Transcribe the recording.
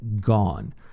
gone